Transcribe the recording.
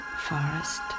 forest